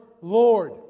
Lord